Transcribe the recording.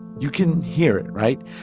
you can hear it, right?